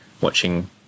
watching